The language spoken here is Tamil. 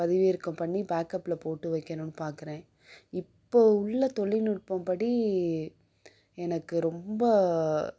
பதிவிறக்கம் பண்ணி பேக்கப்பில் போட்டு வைக்கணும்னு பார்க்குறேன் இப்போ உள்ள தொழில்நுட்பம் படி எனக்கு ரொம்ப